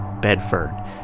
Bedford